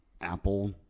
Apple